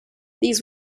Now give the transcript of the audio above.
these